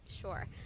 Sure